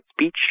speech